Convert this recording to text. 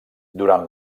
durant